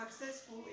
successful